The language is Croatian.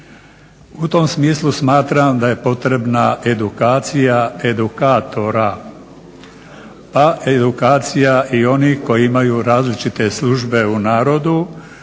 U tom smislu smatram da je potrebna edukacija edukatora, a edukacija i onih koji imaju različite službe u narodu